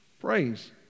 praise